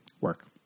work